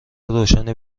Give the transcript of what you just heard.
روشنی